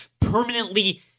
permanently